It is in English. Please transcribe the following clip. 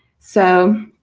so,